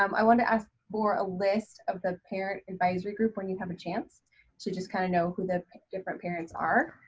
um i want to ask for a list of the parent advisory group when you have a chance to just kind of know who the different parents are.